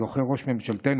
זוכה ראש ממשלתנו,